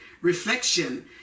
reflection